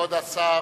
כבוד השר.